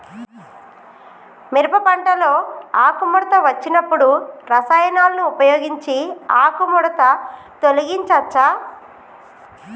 మిరప పంటలో ఆకుముడత వచ్చినప్పుడు రసాయనాలను ఉపయోగించి ఆకుముడత తొలగించచ్చా?